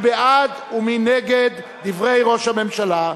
מי בעד ומי נגד דברי ראש הממשלה?